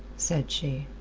said she.